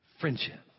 Friendship